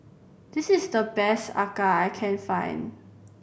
this is the best acar I can find